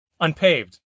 Unpaved